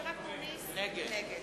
נגד.